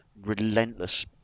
relentless